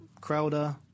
Crowder